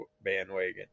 bandwagon